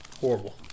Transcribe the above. horrible